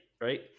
right